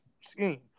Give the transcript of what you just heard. scheme